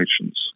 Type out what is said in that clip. patience